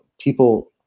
people